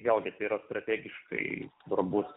vėlgi jisai yra strategiškai svarbus